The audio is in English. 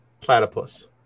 platypus